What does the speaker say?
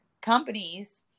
companies